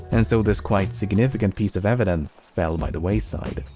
and so this quite significant piece of evidence fell by the wayside.